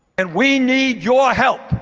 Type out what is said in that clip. and we need your help,